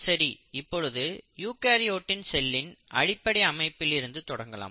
சரி இப்பொழுது யூகரியோட் செல்லின் அடிப்படை அமைப்பில் இருந்து தொடங்கலாம்